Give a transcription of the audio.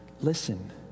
listen